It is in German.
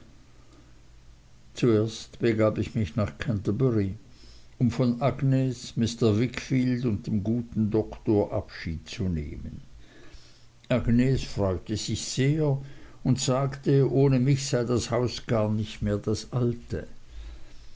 zuerst begab ich mich nach canterbury um von agnes mr wickfield und dem guten doktor abschied zu nehmen agnes freute sich sehr und sagte ohne mich sei das haus gar nicht mehr das alte